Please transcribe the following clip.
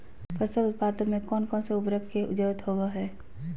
फसल उत्पादन में कोन कोन उर्वरक के जरुरत होवय हैय?